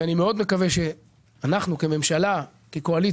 אני מאוד מקווה שכממשלה וכקואליציה